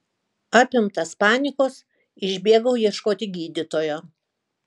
apimtas panikos išbėgau ieškoti gydytojo